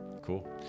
Cool